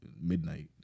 midnight